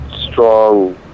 strong